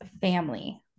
family